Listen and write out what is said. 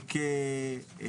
וכמו